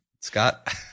Scott